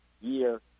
year